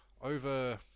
over